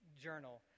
journal